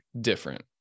different